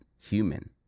human